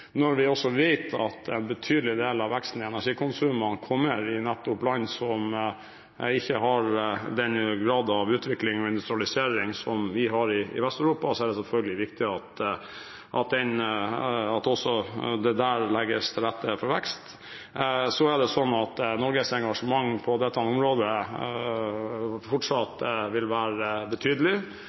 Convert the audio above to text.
Når vi også vet at en betydelig del av veksten i energikonsumet kommer nettopp i land som ikke har den grad av utvikling og industrialisering som vi har i Vest-Europa, er det selvfølgelig viktig at det også der legges til rette for vekst. Så er det sånn at Norges engasjement på dette området fortsatt vil være betydelig.